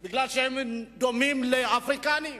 כי הם דומים לאפריקנים?